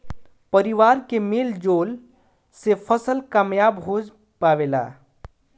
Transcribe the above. परिवार के मेल जोल से फसल कामयाब हो पावेला